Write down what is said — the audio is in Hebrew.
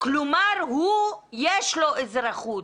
כלומר יש לו אזרחות,